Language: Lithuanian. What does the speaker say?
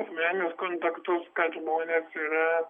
tiek per asmeninius kontaktus kad žmonės yra